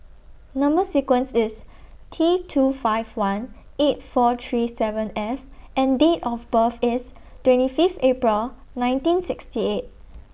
Number sequence IS T two five one eight four three seven F and Date of birth IS twenty Fifth April nineteen sixty eight